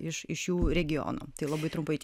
iš iš šių regionų tai labai trumpai tiek